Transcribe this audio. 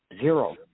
Zero